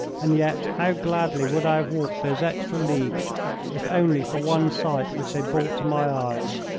and yet how gladly would i have walked those extra leagues if only for one sight which they brought to my eyes!